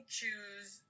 choose